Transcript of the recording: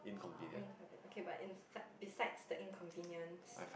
inconvenient okay but insides besides the inconvenience